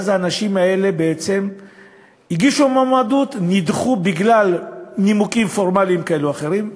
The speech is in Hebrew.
האנשים האלה בעצם הגישו מועמדות ונדחו מנימוקים פורמליים כאלה ואחרים.